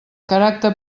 caràcter